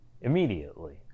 immediately